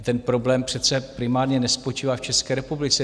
Ten problém přece primárně nespočívá v České republice.